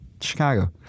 Chicago